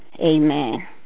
Amen